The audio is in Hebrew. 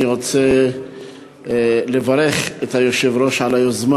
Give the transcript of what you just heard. אני רוצה לברך את היושב-ראש על היוזמה